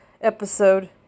episode